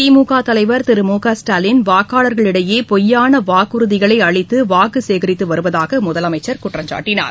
திமுக தலைவர் திரு மு க ஸ்டாலின் வாக்காளர்களிடையே பொய்யான வாக்குறதிகளை அளிதது வாக்கு சேகரித்து வருவதாக முதலமைச்சர் குற்றம்சாட்டினார்